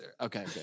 Okay